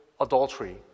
adultery